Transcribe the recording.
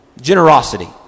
Generosity